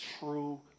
true